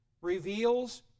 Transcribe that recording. reveals